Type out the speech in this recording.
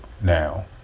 now